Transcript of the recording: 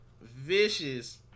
Vicious